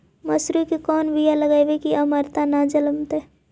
मसुरी के कोन बियाह लगइबै की अमरता न जलमतइ?